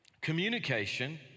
communication